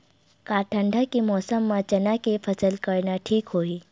का ठंडा के मौसम म चना के फसल करना ठीक होही?